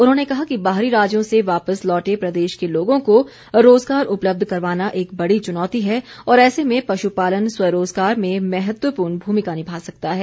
उन्होंने कहा कि बाहरी राज्यों से वापिस लौटे प्रदेश के लोगों को रोजगार उपलब्ध करवाना एक बड़ी चुनौती है और ऐसे में पश्पालन स्वरोजगार में महत्वपूर्ण भूमिका निभा सकता है